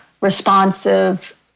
responsive